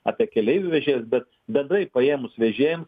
apie keleivių vežėjus bet bendrai paėmus vežėjam